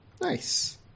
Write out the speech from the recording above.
Nice